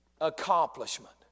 accomplishment